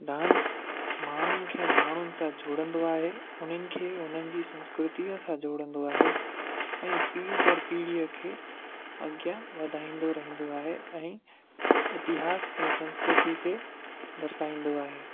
dance माण्हुनि खे माण्हुनि सां जोड़ंदो आहे हुननि खे हुननि जी संस्कृतिअ सां जोड़ंदो आहे ऐं पीढ़ी दर पीढ़ीअ खे अॻियां वधाईंदो रहंदो आहे ऐं इतिहास ऐं संस्कृति खे दर्शाईंदो आहे